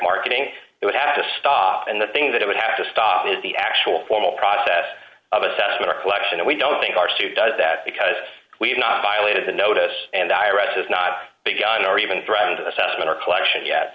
marketing it would have to stop and the thing that it would have to stop is the actual formal process of assessment or collection and we don't think our state does that because we have not violated the notice and iraq has not begun or even threatened assessment or collection yet